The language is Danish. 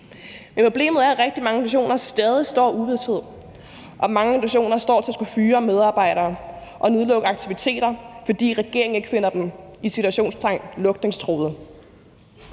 Men problemet er, at rigtig mange organisationer stadig står i uvished, og mange organisationer står til at skulle fyre medarbejdere og nedlukke aktiviteter, fordi regeringen ikke finder dem – i citationstegn – lukningstruede.